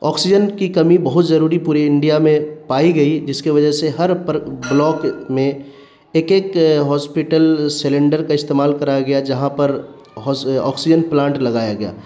oxygen کی کمی بہت ضروری پورے انڈیا میں پائی گئی جس کے وجہ سے ہر پر بلاک میں ایک ایک ہاسپیٹل سلینڈر کا استعمال کرایا گیا جہاں پر آکسیجن پلانٹ لگایا گیا